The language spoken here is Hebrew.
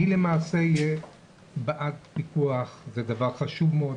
אני למעשה בעד פיקוח שהוא דבר חשוב מאוד.